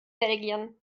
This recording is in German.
belgien